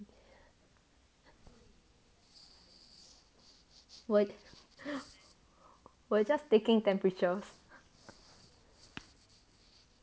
what we are just taking temperatures